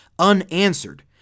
unanswered